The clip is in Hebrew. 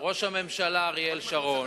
העביר ראש הממשלה דאז אריאל שרון,